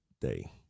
Day